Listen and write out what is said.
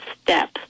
step